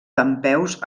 dempeus